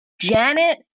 Janet